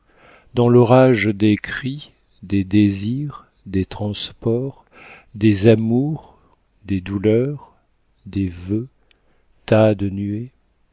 dans l'orage des cris des désirs des transports des amours des douleurs des veux tas de nuées